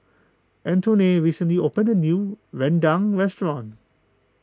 Antone recently opened a new Rendang restaurant